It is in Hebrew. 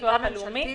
לביטוח לאומי